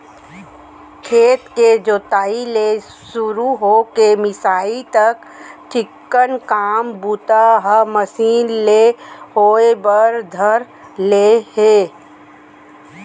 खेत के जोताई ले सुरू हो के मिंसाई तक चिक्कन काम बूता ह मसीन ले होय बर धर ले हे